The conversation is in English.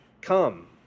Come